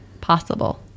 possible